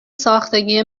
ساختگی